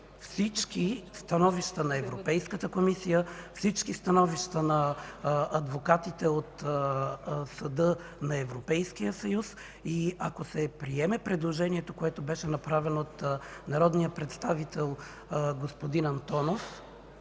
всички становища на Европейската комисия, всички становища на адвокатите от Съда на Европейския съюз. Ако се приеме предложението на народния представител господин Антонов,